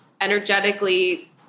energetically